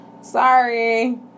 Sorry